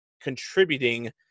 contributing